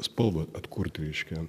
spalvą atkurti reiškia